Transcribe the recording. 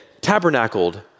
tabernacled